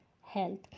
health